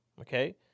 Okay